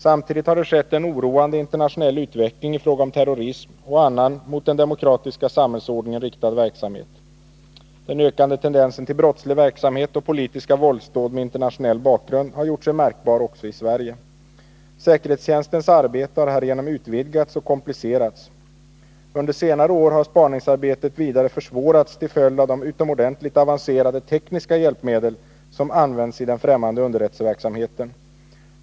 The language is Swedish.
Samtidigt har det skett en oroande internationell utveckling i fråga om terrorism och annan mot den demokratiska samhällsordningen riktad verksamhet; den ökande tendensen till brottslig verksamhet och politiska våldsdåd med internationell bakgrund har gjort sig märkbar också i Sverige. Säkerhetstjänstens arbete har härigenom utvidgats och komplicerats. Under senare år har spaningsarbetet vidare försvårats till följd av de utomordentligt avancerade tekniska hjälpmedel som används i den främmande underrättelseverksamheten.